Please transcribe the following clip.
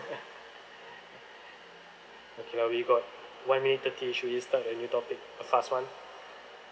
okay lah we got one minute thirty should we start a new topic a fast one